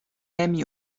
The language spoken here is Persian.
نمی